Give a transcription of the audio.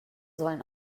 sollen